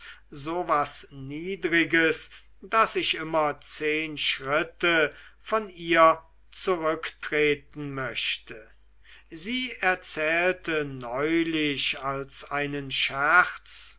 was niedriges daß ich immer zehn schritte von ihr zurücktreten möchte sie erzählte neulich als einen scherz